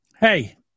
Hey